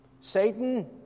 Satan